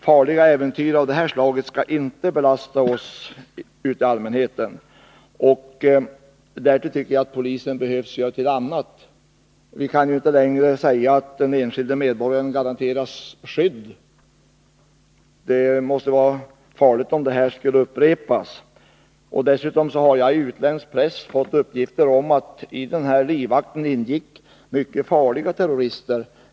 Farliga äventyr av det här slaget skall inte belasta allmänheten. Därtill tycker jag att polisen behövs för annat. Vi kan ju inte längre säga att den enskilde medborgaren garanteras skydd. Det måste vara farligt om en sådan här händelse skulle upprepas. Dessutom har jag i utländsk press fått uppgifter om att i besökarens livvakt ingick mycket farliga terrorister.